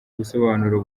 ubusobanuro